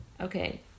okay